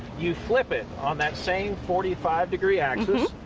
you flip it on that same forty five degree axis.